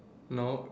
no